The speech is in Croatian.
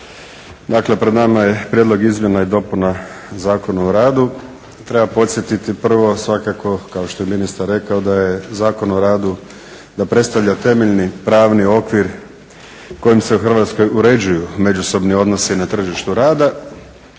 Dakle pred nama je Prijedlog izmjena i dopuna Zakona o radu. Treba podsjetiti svakako prvo kao što je ministar rekao da je Zakon o radu da predstavlja pravni okvir kojim se u Hrvatskoj uređuju međusobni odnosi na tržištu rada,